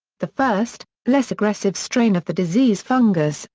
the first, less aggressive strain of the disease fungus,